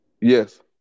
Yes